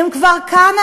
הם כבר כאן,